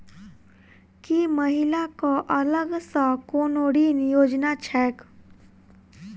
की महिला कऽ अलग सँ कोनो ऋण योजना छैक?